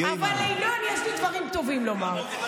אבל ינון, יש לי דברים טובים לומר.